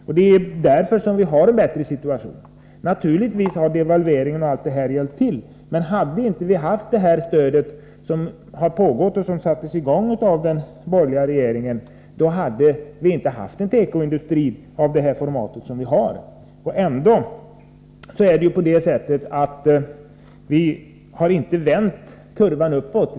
Det är också därför som vi har en bättre situation. Naturligtvis har devalveringen och allt det här hjälpt till, men hade vi inte haft det här stödet, som infördes av den borgerliga regeringen, skulle vi inte ha haft en tekoindustri av det format som vi har. Ändå har vi inte vänt kurvan uppåt.